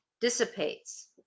dissipates